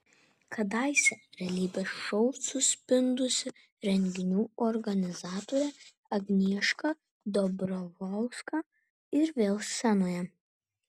kadaise realybės šou suspindusi renginių organizatorė agnieška dobrovolska ir vėl scenoje